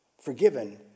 forgiven